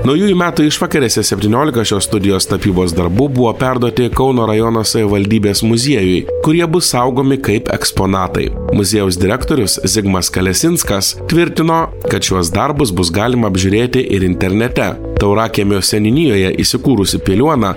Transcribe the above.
naujųjų metų išvakarėse septyniolika šios studijos tapybos darbų buvo perduoti kauno rajono savivaldybės muziejui kurie bus saugomi kaip eksponatai muziejaus direktorius zigmas kalesinskas tvirtino kad šiuos darbus bus galima apžiūrėti ir internete taurakiemio seniūnijoje įsikūrusi piliuona